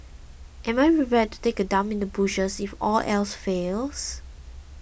am I prepared to take a dump in the bushes if all else fails